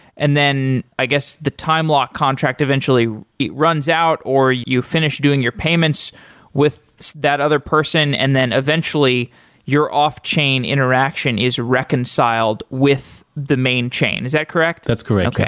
and then, i guess, the time lock contract eventually, it runs out or you finish doing your payments with that other person and then eventually your off-chain interaction is reconciled with the main chain. is that correct? that's correct. yes okay.